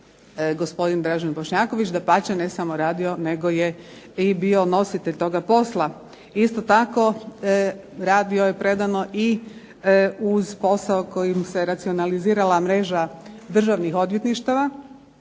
gospodin Dražen Bošnjaković, dapače, ne samo radio nego je bio i nositelj toga posla. Isto tako radio je predano i uz posao kojim se racionalizirala mreža Državnih odvjetništava,